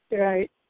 Right